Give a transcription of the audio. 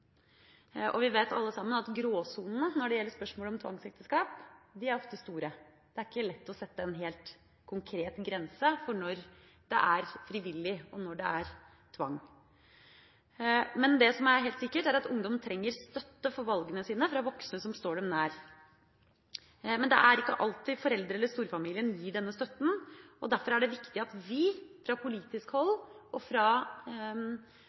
seg. Vi vet alle sammen at gråsonene når det gjelder spørsmålet om tvangsekteskap, ofte er store. Det er ikke lett å sette en helt konkret grense for når det er frivillig, og når det er tvang. Men det som er helt sikkert, er at ungdom trenger støtte for valgene sine fra voksne som står dem nær. Men det er ikke alltid foreldre eller storfamilien gir denne støtten. Derfor er det viktig at vi fra politisk hold og fra